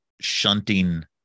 shunting